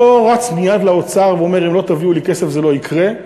אני לא רץ מייד לאוצר ואומר: אם לא תביאו לי כסף זה לא יקרה.